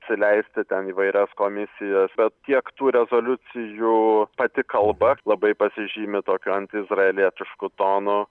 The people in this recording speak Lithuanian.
įsileisti ten įvairias komisijas bet tiek tų rezoliucijų pati kalba labai pasižymi tokiu antiizraelietišku tonu